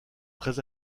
très